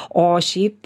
o šiaip